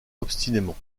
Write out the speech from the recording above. obstinément